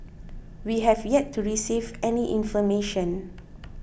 we have yet to receive any information